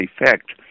effect